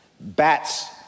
Bats